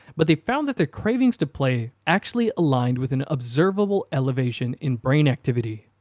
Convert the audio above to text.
but they found that their cravings to play actually aligned with an observable elevation in brain activity.